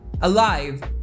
alive